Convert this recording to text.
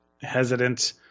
hesitant